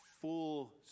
full